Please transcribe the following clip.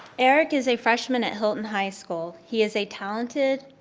eric is a freshman at hilton high school. he is a talented,